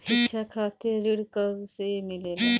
शिक्षा खातिर ऋण कब से मिलेला?